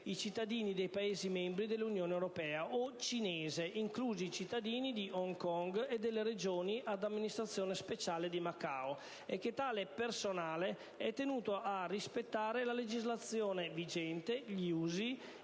i cittadini dei Paesi membri dell'Unione europea) o cinese (inclusi i cittadini di Hong Kong e delle Regioni ad amministrazione speciale di Macao), e che tale personale è tenuto a rispettare la legislazione vigente, gli usi,